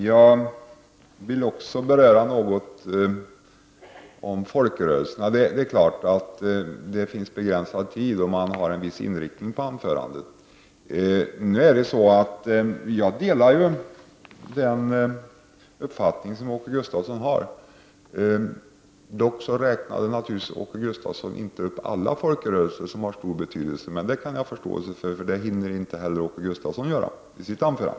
Herr talman! Även jag vill något beröra folkrörelserna. Det är klart att det står begränsad tid till förfogande och att man har en viss inriktning på anförandena. Jag delar ju Åke Gustavssons uppfattning. Han räknade dock inte upp alla folkrörelser som har stor betydelse. Det kan jag ha förståelse för, eftersom inte heller Åke Gustavsson hinner med sådant.